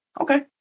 Okay